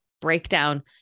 breakdown